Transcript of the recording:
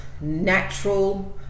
natural